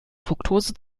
fruktose